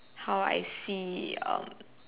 how I see um